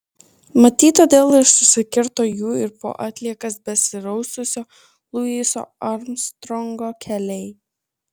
matyt todėl ir susikirto jų ir po atliekas besiraususio luiso armstrongo keliai